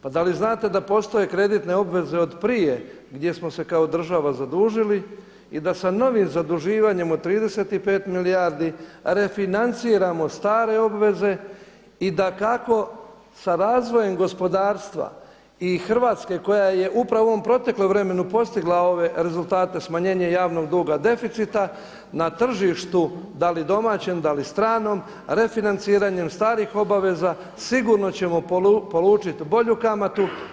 Pa da li znate da postoje kreditne obveze od prije gdje smo se kao država zadužili i da sa novim zaduživanjem od 35 milijardi refinanciramo stare obveze i dakako sa razvojem gospodarstva i Hrvatske koja je upravo u ovom proteklom vremenu postigla ove rezultate smanjenja javnog duga deficita na tržištu da li domaćem, da li stranom refinanciranjem starih obaveza sigurno ćemo polučiti bolju kamatu?